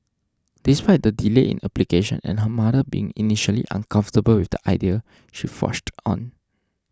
despite the delay in application and her mother being initially uncomfortable with the idea she forged on